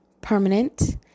permanent